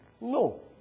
No